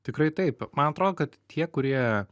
tikrai taip man atrodo kad tie kurie